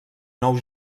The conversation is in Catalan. nou